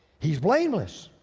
he's blameless,